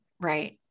right